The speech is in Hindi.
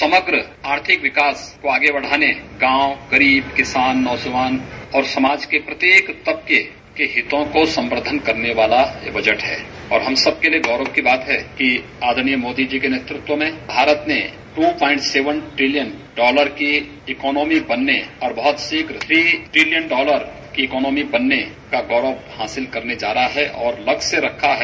समग्र आर्थिक विकास को आगे बढ़ाने गांव गरीब किसान नौजवान और समाज के प्रत्येक तबके कि हितों को संवर्द्वन करने वाला यह बजट है और हम सबके लिये गौरव की बात है कि आदर्णीय मोदी जी के नेतृत्व में भारत ने दो दशमलव सात ट्रिलियन डॉलर के इकॉनोमी बनने और बहुत शीघ्र तीन ट्रिलियन की इकॉनोमी बनने का गौरव हासिल करने जा रहा है और लक्ष्य रखा है